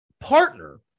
partner